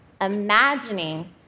imagining